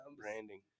Branding